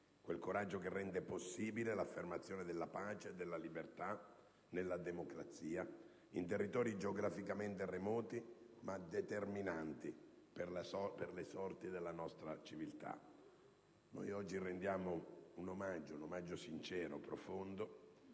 Quel coraggio che rende possibile l'affermazione della pace, della libertà, nella democrazia, in territori geograficamente remoti, ma determinanti per le sorti della nostra civiltà. Oggi rendiamo loro un omaggio sincero e profondo,